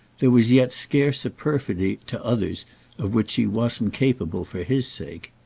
there was yet scarce a perfidy to others of which she wasn't capable for his sake.